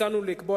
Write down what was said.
הצענו לקבוע,